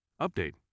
Update